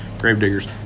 gravediggers